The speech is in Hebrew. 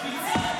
תצא.